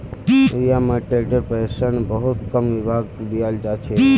रिटायर्मेन्टटेर pension बहुत कम विभागत दियाल जा छेक